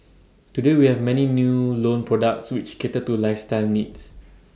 today we have many new loan products which cater to lifestyle needs